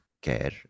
care